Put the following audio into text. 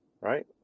right